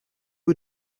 was